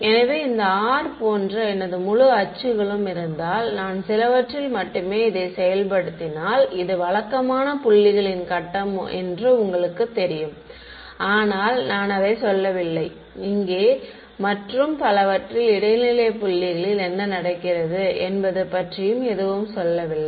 எனவே இந்த r போன்ற எனது முழு அச்சுகளும் இருந்தால் நான் சிலவற்றில் மட்டுமே இதைச் செயல்படுத்தினால் இங்கே வழக்கமான புள்ளிகளின் கட்டம் உங்களுக்குத் தெரியும் ஆனால் நான் அதை சொல்லவில்லை இங்கே மற்றும் பலவற்றில் இடைநிலை புள்ளிகளில் என்ன நடக்கிறது என்பது பற்றியும் எதுவும் சொல்லவில்லை